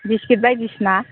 biscuit बायदिसिना